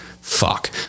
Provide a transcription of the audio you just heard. Fuck